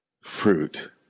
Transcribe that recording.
fruit